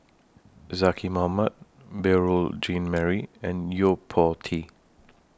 Zaqy Mohamad Beurel Jean Marie and Yo Po Tee